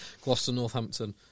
Gloucester-Northampton